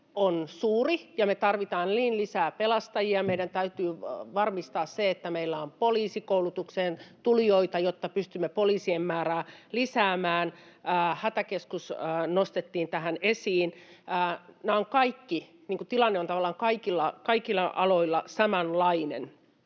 on suuri ja me tarvitaan lisää pelastajia, meidän täytyy varmistaa se, että meillä on poliisikoulutukseen tulijoita, jotta pystymme poliisien määrää lisäämään. Hätäkeskus nostettiin esiin. Tilanne on tavallaan kaikilla aloilla samanlainen.